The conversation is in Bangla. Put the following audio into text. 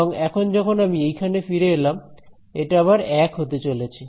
এবং এখন যখন আমি এইখানে ফিরে এলাম এটা আবার 1 হতে চলেছে